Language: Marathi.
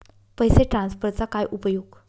पैसे ट्रान्सफरचा काय उपयोग?